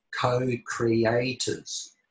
co-creators